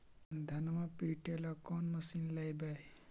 धनमा पिटेला कौन मशीन लैबै?